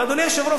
אדוני היושב-ראש,